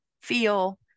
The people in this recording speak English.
feel